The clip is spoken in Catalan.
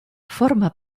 forma